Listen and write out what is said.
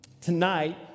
Tonight